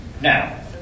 Now